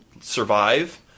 survive